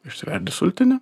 išsiverdi sultinio